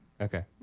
Okay